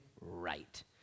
right